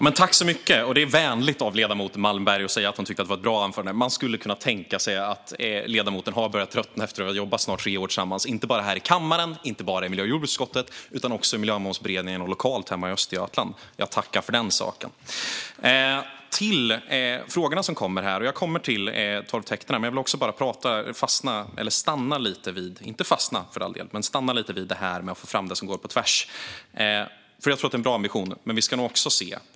Fru talman! Det är vänligt av ledamoten Malmberg att säga att hon tyckte att det var ett bra anförande. Man skulle kunna tänka sig att ledamoten har börjat tröttna efter att vi har jobbat tillsammans i snart tre år, inte bara här i kammaren och i miljö och jordbruksutskottet utan också i Miljömålsberedningen och lokalt hemma i Östergötland. Jag tackar för det. Jag ska sedan övergå till frågorna. Jag kommer tillbaka till torvtäkterna. Men jag ska stanna lite grann vid detta med att få fram det som går på tvärs. Jag tror nämligen att det är en bra ambition.